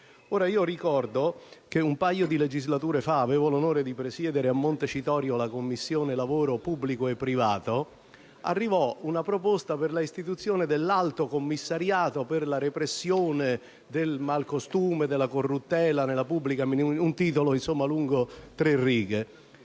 Ora, ricordo che un paio di legislature fa avevo l'onore di presiedere a Montecitorio la Commissione lavoro ed arrivò una proposta per la istituzione di un Alto commissariato per la repressione del malcostume e della corruttela nella pubblica amministrazione, con un titolo lungo tre righe.